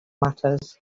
matters